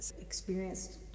Experienced